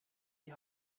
die